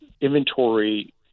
inventory